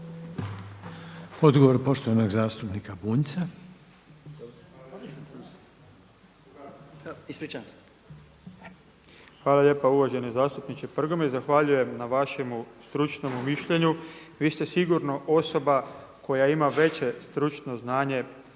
Branimir (Živi zid)** Hvala lijepa uvaženi zastupniče Prgomet. Zahvaljujem na vašemu stručnome mišljenju. Vi ste sigurno osoba koja ima veće stručno znanje